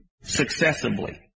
successively